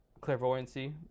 clairvoyancy